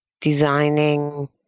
designing